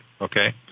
okay